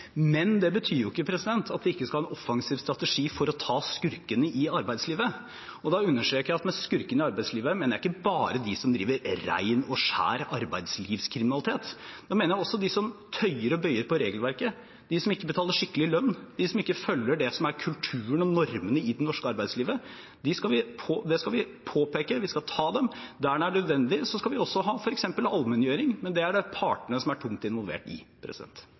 Men det betyr ikke at vi ikke skal ha en offensiv strategi for å ta skurkene i arbeidslivet. Da understreker jeg at med «skurkene i arbeidslivet» mener jeg ikke bare de som driver ren og skjær arbeidslivskriminalitet. Da mener jeg også de som tøyer og bøyer på regelverket, de som ikke betaler skikkelig lønn, de som ikke følger det som er kulturen og normene i det norske arbeidslivet. Det skal vi påpeke, og vi skal ta dem. Der det er nødvendig, skal vi også ha f.eks. allmenngjøring, men det er det partene som er tungt involvert i.